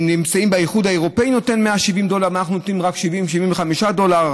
האיחוד האירופי נותנים 170 דולר ואנחנו נותנים רק 75-70 דולר,